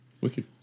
Wicked